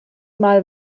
mal